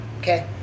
okay